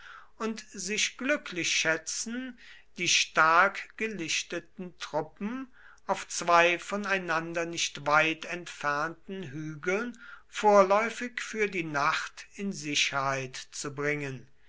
und sich glücklich schätzen die stark gelichteten truppen auf zwei voneinander nicht weit entfernten hügeln vorläufig für die nacht in sicherheit zu bringen